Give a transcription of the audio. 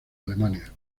alemania